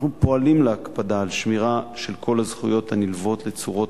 אנחנו פועלים להקפדה על שמירה של כל הזכויות הנלוות לצורות